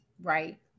Right